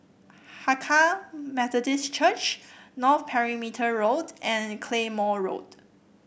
Hakka Methodist Church North Perimeter Road and Claymore Road